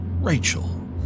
Rachel